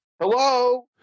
Hello